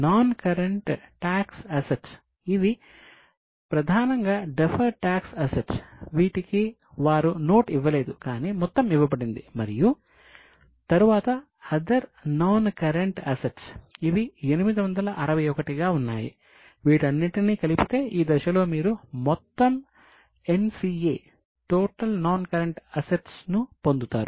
non current tax అసెట్స్లను పొందుతారు